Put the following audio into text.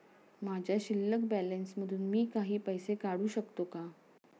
माझ्या शिल्लक बॅलन्स मधून मी काही पैसे काढू शकतो का?